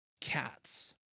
cats